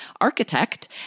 architect